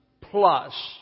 plus